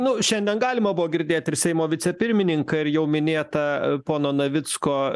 nu šiandien galima buvo girdėti ir seimo vicepirmininką ir jau minėtą pono navicko